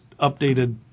updated